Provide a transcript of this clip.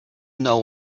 know